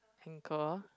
ankle